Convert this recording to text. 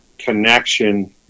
connection